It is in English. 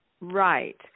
Right